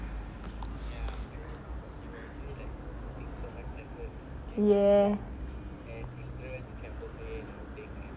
ya